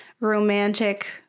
romantic